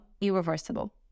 irreversible